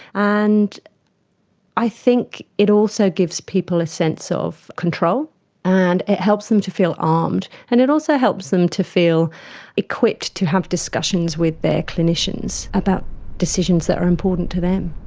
and i think it also gives people a sense of control and it helps them to feel armed, and it also helps them to feel equipped to have discussions with their clinicians about decisions that are important to them.